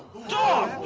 don't